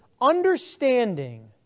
understanding